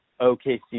OKC